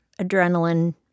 adrenaline